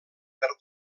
per